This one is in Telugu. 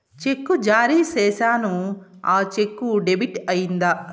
చెక్కు జారీ సేసాను, ఆ చెక్కు డెబిట్ అయిందా